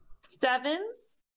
Sevens